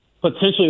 potentially